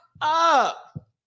up